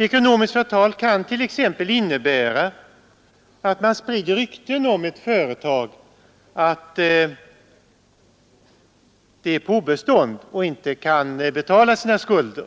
Ekonomiskt förtal kan t.ex. innebära att man sprider rykten om ett företag att det är på obestånd och inte kan betala sina skulder.